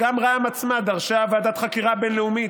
וגם רע"מ עצמה דרשה ועדת חקירה בין-לאומית,